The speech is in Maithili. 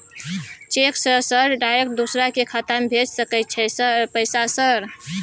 चेक से सर डायरेक्ट दूसरा के खाता में भेज सके छै पैसा सर?